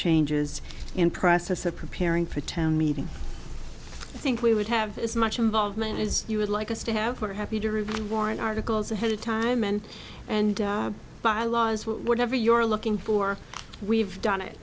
changes in process of preparing for town meeting think we would have as much involvement is you would like us to have were happy to review one articles ahead of time and and byelaws whatever your looking for we've done it